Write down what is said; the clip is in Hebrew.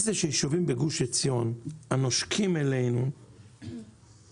איך זה שיישובים בגוש עציון הנושקים אלינו לא